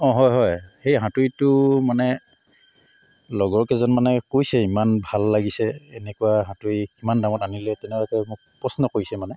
অঁ হয় হয় সেই হাতুৰীটো মানে লগৰ কেইজন মানে কৈছে ইমান ভাল লাগিছে এনেকুৱা হাতুৰী কিমান দামত আনিলে তেনেকুৱাকৈ মোক প্ৰশ্ন কৰিছে মানে